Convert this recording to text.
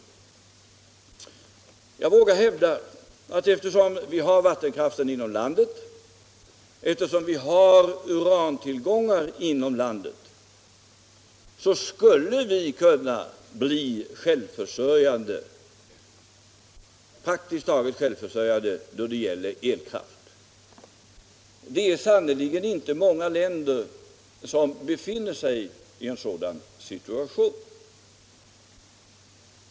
Jag vågar hävda att vi — eftersom vi har vattenkraften inom landet och eftersom vi också har urantillgångar inom landet — skulle kunna bli praktiskt taget självförsörjande då det gäller elkraft. Det är sannerligen inte många länder som befinner sig i en så gynnsam situation.